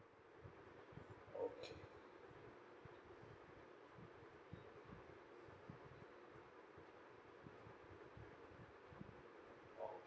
okay okay